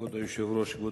כבוד היושב-ראש,